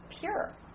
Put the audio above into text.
pure